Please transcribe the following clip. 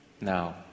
now